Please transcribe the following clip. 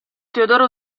teodoro